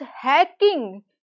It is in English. hacking